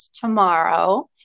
tomorrow